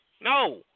No